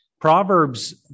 Proverbs